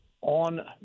on